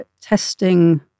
testing